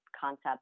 concept